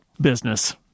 business